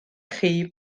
chi